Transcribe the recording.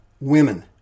women